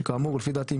שכאמור לפי דעתי,